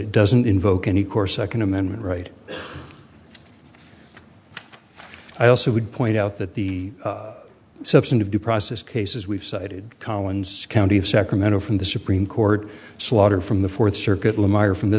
it doesn't invoke any course second amendment right i also would point out that the substantive due process cases we've cited collins county of sacramento from the supreme court slaughter from the fourth circuit lamar from the